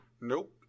Nope